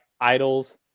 idols